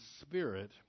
spirit